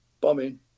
bombing